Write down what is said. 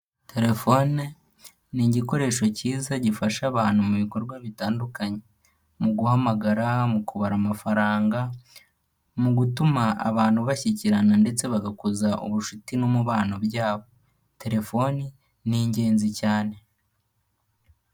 Telefone ni igikoresho cyiza gifasha abantu mu bikorwa bitandukanye. Mu guhamagara, mu kubara amafaranga, mu gutuma abantu bashyikirana, ndetse bagakuza ubucuti n'umubano byabo, telefoni ni ingenzi cyane.